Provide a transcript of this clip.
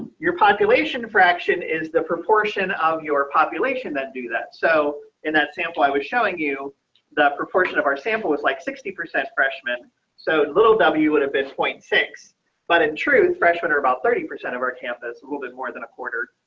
your population fraction is the proportion of your population that do that. so in that sample. i was showing you the proportion of our sample was like sixty percent freshman so little w would have been point six but in truth freshmen are about thirty percent of our campus a little bit more than a quarter.